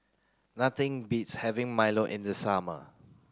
nothing beats having Milo in the summer